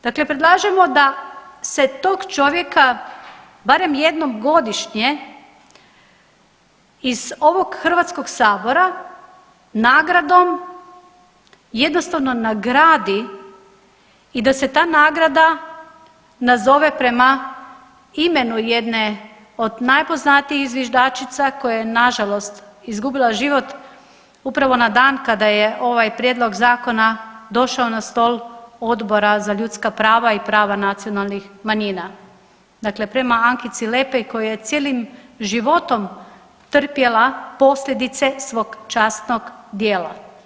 Dakle, predlažemo da se tog čovjeka barem jednom godišnje iz ovog HS-a nagradom jednostavno nagradi i da se ta nagrada nazove prema imenu jedne od najpoznatijih zviždačica koja je nažalost izgubila život upravo na dan kada je ovaj prijedlog zakona došao na stol Odbora za ljudska prava i prava nacionalnih manjina, dakle prema Ankici Lepej koja je cijelim životom trpjela posljedice svog časnog djela.